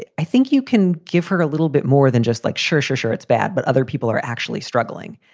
ah i think you can give her a little bit more than just like. sure, sure. sure, it's bad. but other people are actually struggling.